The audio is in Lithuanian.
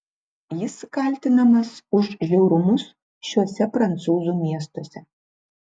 jis kaltinamas už žiaurumus šiuose prancūzų miestuose